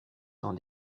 dans